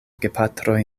gepatroj